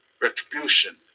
retribution